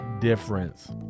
difference